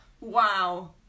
wow